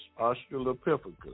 Australopithecus